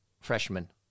Freshman